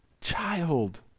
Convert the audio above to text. child